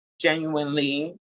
genuinely